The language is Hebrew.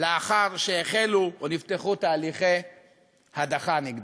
לאחר שהחלו, או נפתחו תהליכי הדחה נגדו,